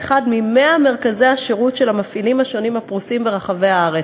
באחד מ-100 מרכזי השירות של המפעילים השונים הפרוסים ברחבי הארץ.